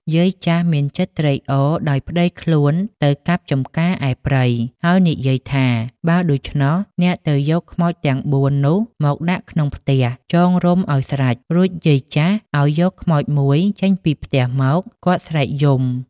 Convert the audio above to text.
យាយចាស់ មានចិត្តត្រេកអរ ដោយប្តីខ្លួនទៅកាប់ចម្ការឯព្រៃ ហើយនិយាយថា "បើដូច្នោះ អ្នកទៅយកខ្មោចទាំង ៤ នោះមកដាក់ក្នុងផ្ទះ ចងរុំឲ្យស្រេច " រួចយាយចាស់ឲ្យយកខ្មោច ១ ចេញពីផ្ទះមក គាត់ស្រែកយំ ។